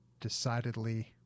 decidedly